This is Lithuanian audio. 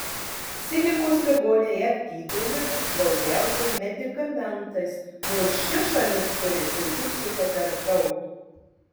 psichikos ligoniai jav gydomi daugiausiai medikamentais nors ši šalis turi puikių psichoterapeutų